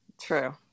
True